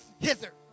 hither